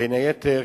בין היתר,